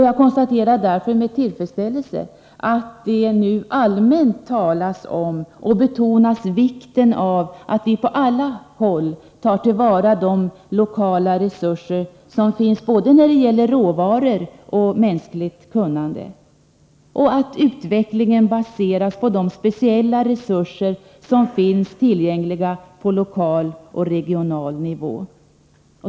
Jag konstaterar därför med tillfredsställelse att man nu allmänt betonar vikten av att vi på alla håll tar till vara de lokala resurser som finns när det gäller både råvaror och mänskligt kunnande och att utvecklingen baseras på de speciella resurser som finns tillgängliga på lokal och regional nivå.